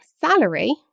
salary